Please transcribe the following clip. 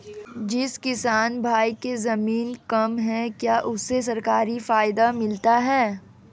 जिस किसान भाई के ज़मीन कम है क्या उसे सरकारी फायदा मिलता है?